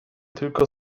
tylko